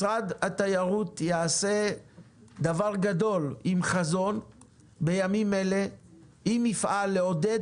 משרד התיירות יעשה דבר גדול עם חזון בימים אלה אם יפעל לעודד